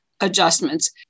adjustments